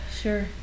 Sure